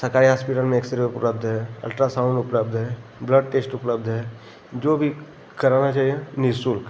सरकारी हास्पिटल में एक्सरे उपलब्ध है अल्ट्रासाउन्ड उपलब्ध है ब्लड टेस्ट उपलब्ध है जो भी करना चाहिए निःशुल्क